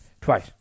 twice